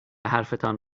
حرفتان